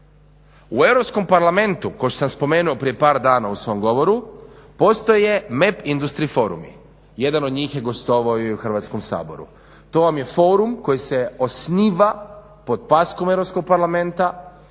parlamentu kao što sam spomenuo prije par dana u svom govoru postoje meb industrial forumi, jedan od njih je gostovao i u Hrvatskom saboru. To vam je forum koji se osniva pod paskom Europskom parlamenta,